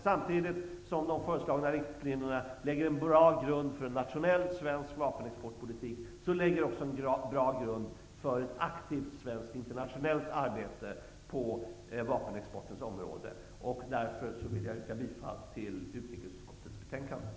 Samtidigt som de föreslagna riktlinjerna lägger en bra grund för en nationell svensk vapenexportpolitik lägger de också en bra grund för ett aktivt svenskt internationellt arbete på vapenexportens område. Därför vill jag yrka bifall till hemställan i utrikesutskottets betänkande.